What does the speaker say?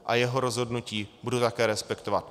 A jeho rozhodnutí budu také respektovat.